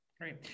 Great